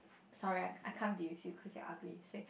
sorry I can't be with you cause you are ugly say